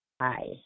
Hi